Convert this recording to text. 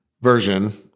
version